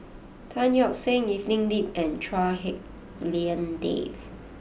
Tan Yeok Seong Evelyn Lip and Chua Hak Lien Dave